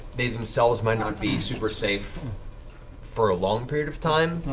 they themselves might not be super safe for a long period of time,